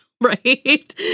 right